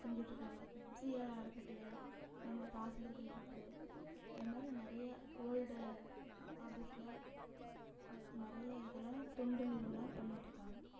செஞ்சிகிட்ருக்காங்க விப்ஜிஆர் அறக்கட்டளை ஏ ர ராசிபுரத்தில் இருக்குது இது மாதிரி நிறைய ஓல்டு ஆபீஸ்ல அப் நிறைய இதெலாம் தொண்டு நிறுவனம்லாம் பண்ணிகிட்ருக்காங்க